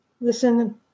listen